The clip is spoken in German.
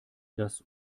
dass